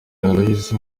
aloys